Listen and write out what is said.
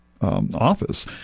office